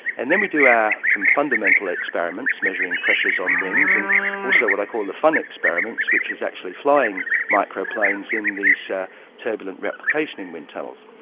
and then we do some fundamental experiments measuring pressures on wings, and also what i call the fun experiments which is actually flying micro planes in these turbulent replication in wind tunnels.